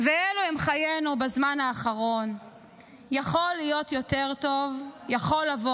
"ואלו הם חיינו בזמן האחרון,/ יכול להיות יותר טוב,/ יכול לבוא